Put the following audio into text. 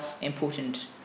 important